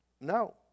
No